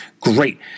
great